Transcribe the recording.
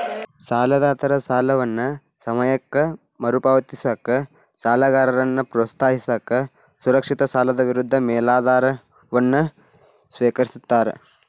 ಸಾಲದಾತರ ಸಾಲವನ್ನ ಸಮಯಕ್ಕ ಮರುಪಾವತಿಸಕ ಸಾಲಗಾರನ್ನ ಪ್ರೋತ್ಸಾಹಿಸಕ ಸುರಕ್ಷಿತ ಸಾಲದ ವಿರುದ್ಧ ಮೇಲಾಧಾರವನ್ನ ಸ್ವೇಕರಿಸ್ತಾರ